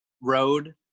road